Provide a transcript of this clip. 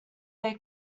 their